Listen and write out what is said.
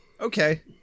Okay